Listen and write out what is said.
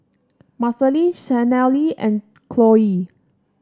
Marcelle Shanelle and Chloie